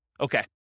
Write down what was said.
Okay